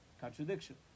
Contradiction